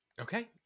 Okay